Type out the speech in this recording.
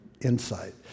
insight